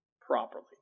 properly